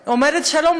אומרת: שלום,